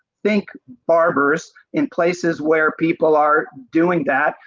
think but arborists in places where people are doing that,